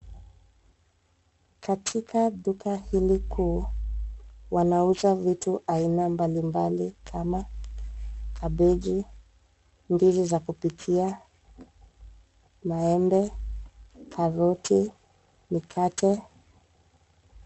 Katika duka hili kuu, wanauza vitu aina mbalimbali kama kabeji, ndizi za kupikia, maembe, karoti, mikate.